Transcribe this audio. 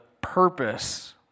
purpose